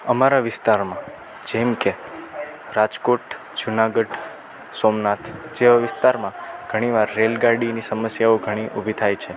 અમારા વિસ્તારમાં જેમકે રાજકોટ જૂનાગઢ સોમનાથ જેવા વિસ્તારમાં ઘણીવાર રેલગાડીની સમસ્યાઓ ઘણી ઊભી થાય છે